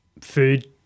food